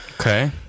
Okay